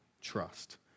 trust